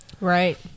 Right